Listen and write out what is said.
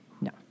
No